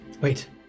wait